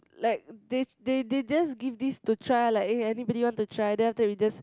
like they they they just give this to try like eh anybody want to try then after that we just